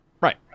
Right